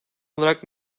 olarak